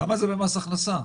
כמה זה במס הכנסה?